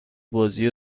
بازی